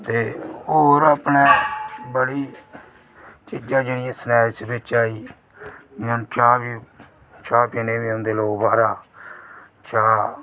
ते होर अपनी बड़ी चीज़ां एह् स्नैक्स बिच आई जियां चाह् चाह् पीने बी औंदे लोक बाहरा चाह्